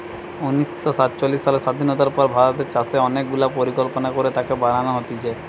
উনিশ শ সাতচল্লিশ সালের স্বাধীনতার পর ভারতের চাষে অনেক গুলা পরিকল্পনা করে তাকে বাড়ান হতিছে